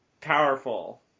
powerful